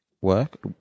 work